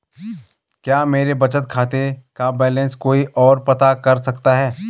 क्या मेरे बचत खाते का बैलेंस कोई ओर पता कर सकता है?